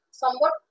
somewhat